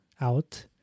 out